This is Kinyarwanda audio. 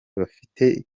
bafite